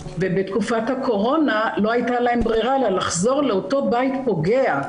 ובתקופת הקורונה לא הייתה להם ברירה אלא לחזור לאותו בית פוגע.